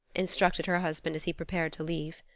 instructed her husband as he prepared to leave.